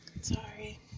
Sorry